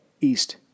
east